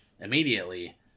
Immediately